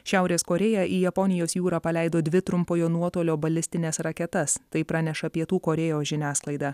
šiaurės korėja į japonijos jūrą paleido dvi trumpojo nuotolio balistines raketas tai praneša pietų korėjos žiniasklaida